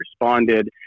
responded